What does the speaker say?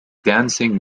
dancing